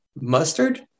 mustard